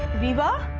riva?